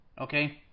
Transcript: Okay